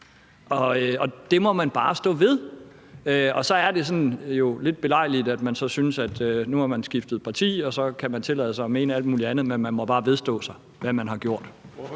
og det må man bare stå ved. Så er det jo sådan lidt belejligt, at man så synes, at nu har man skiftet parti, og at så kan man tillade sig at mene alt muligt andet. Men man må bare vedstå sig, hvad man har gjort.